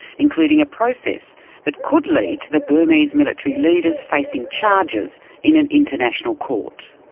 including a process that could lead to the burmese military leaders facing charges in an international court.